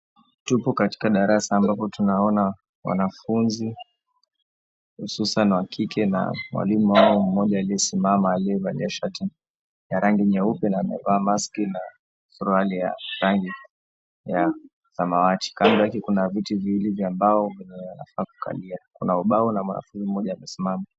Tupo katika darasa, ambapo tunaona wanafunzi, hususan wa kike, na mwalimu wao mmoja aliyesimama aliyevalia shati ya rangi nyeupe na amevaa maski na suruali ya rangi ya samawati. Kando yake kuna viwili vya mbao vyenye anafaa kukalia. Kuna ubao na mwanafunzi mmoja amesimama.